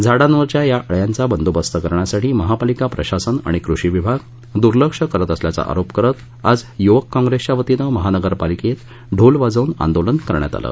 झाडांवरील या अळ्यांचा बंदोबस्त करण्यासाठी महापालिका प्रशासन आणि कृषी विभाग दुर्लक्ष करत असल्याचा आरोप करत आज युवक काँप्रेसच्या वतीनं महानगरपालिकेत ढोल वाजवून आंदोलन करण्यात आलं